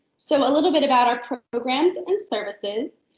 so a little bit about our programs and services.